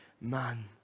man